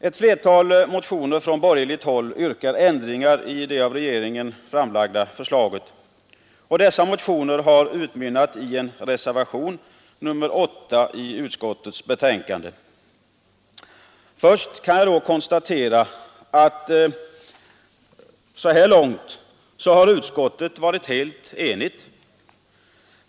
Ett flertal motioner från borgerligt håll yrkar ändringar i det av regeringen framlagda förslaget, och dessa motioner har utmynnat i en reservation, nr 8, i utskottets betänkande. Först kan jag då konstatera att så här långt har utskottet varit helt enigt.